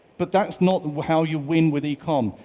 but that's not how you win with ecom.